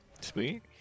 Sweet